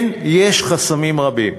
כן, יש חסמים רבים,